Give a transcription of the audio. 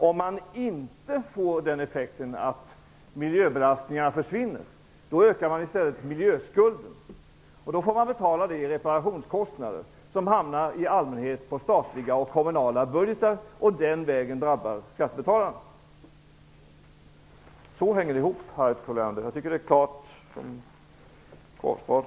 Om man inte får den effekten att miljöbelastningen försvinner ökar man i stället miljöskulden. Då får man betala de reparationskostnader som i allmänhet faller på statliga och kommunala budgetar och den vägen drabbar skattebetalarna. Så hänger det ihop, Harriet Colliander. Jag tycker att det är glasklart.